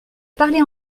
parler